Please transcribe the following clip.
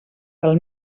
del